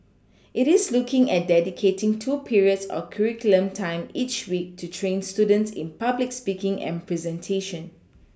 it is looking at dedicating two periods of curriculum time each week to train students in public speaking and presentation